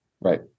right